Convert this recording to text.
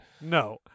no